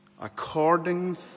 According